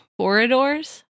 corridors